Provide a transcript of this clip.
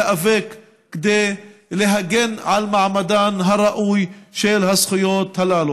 כדי להגן על מעמדן הראוי של הזכויות הללו.